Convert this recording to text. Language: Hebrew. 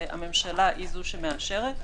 והממשלה היא זו שמאשרת.